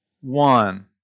one